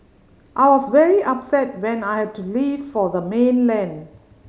I was very upset when I had to leave for the mainland